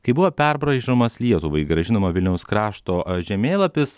kai buvo perbraižomas lietuvai grąžinama vilniaus krašto e žemėlapis